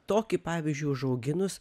tokį pavyzdžiui užauginus